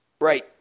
Right